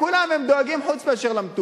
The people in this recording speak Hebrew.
לכולם הם דואגים חוץ מלמטופל.